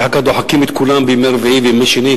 ואחר כך דוחקים את כולם בימי רביעי ובימי שני,